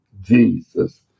Jesus